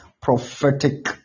Prophetic